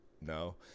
No